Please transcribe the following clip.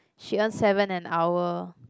she earns seven an hour